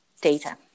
data